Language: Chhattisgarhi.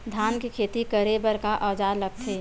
धान के खेती करे बर का औजार लगथे?